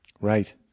Right